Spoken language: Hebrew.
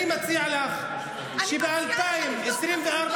אני מציעה לך לבדוק את המספרים שאתה אומר.